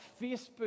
Facebook